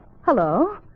hello